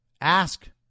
ask